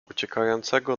uciekającego